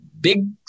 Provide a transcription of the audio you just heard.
big